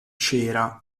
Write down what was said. cera